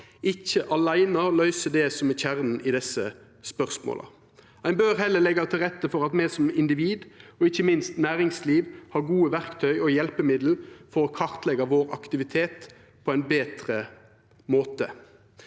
ikkje aleine løyser det som er kjernen i desse spørsmåla. Ein bør heller leggja til rette for at me som individ, og ikkje minst næringslivet, har gode verktøy og hjelpemiddel for å kartleggja vår aktivitet på ein betre måte.